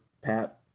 Pat